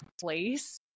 place